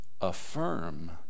affirm